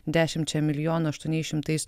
dešimčia milijonų aštuoniais šimtais